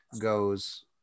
goes